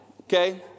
okay